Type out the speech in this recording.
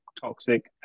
toxic